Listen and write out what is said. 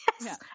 Yes